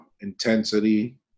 intensity